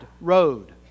road